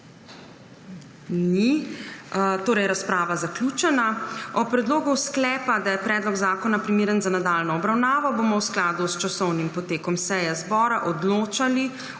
Ni. Torej je razprava zaključena. O predlogu sklepa, da je predlog zakona primeren za nadaljnjo obravnavo, bomo v skladu s časovnim potekom seje zbora odločali